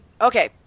Okay